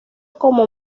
como